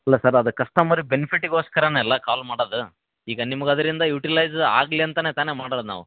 ಅಲ್ಲ ಸರ್ ಅದು ಕಸ್ಟಮರ್ ಬೆನಿಫಿಟಿಗೋಸ್ಕರನೆ ಅಲ್ಲ ಕಾಲ್ ಮಾಡೋದು ಈಗ ನಿಮ್ಗೆ ಅದರಿಂದ ಯುಟಿಲೈಝ್ ಆಗಲಿ ಅಂತಾನೆ ತಾನೆ ಮಾಡೋದು ನಾವು